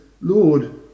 Lord